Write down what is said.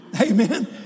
Amen